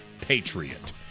patriot